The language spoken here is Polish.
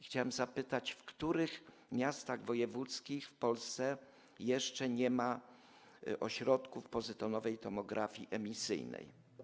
Chciałem zapytać: W których miastach wojewódzkich w Polsce nie ma jeszcze ośrodków pozytonowej tomografii emisyjnej?